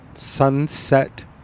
sunset